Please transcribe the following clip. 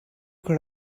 could